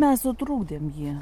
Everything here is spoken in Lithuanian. mes sutrukdėm jį